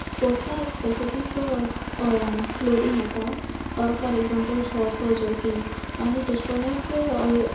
स्पोर्ट्सांक एक specific clothing येता for example shorts वो जसी आनी तेशे कोन्नूच